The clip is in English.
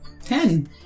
Ten